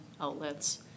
outlets